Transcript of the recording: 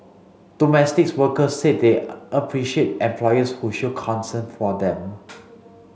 domestic workers said they appreciate employers who show concern for them